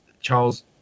Charles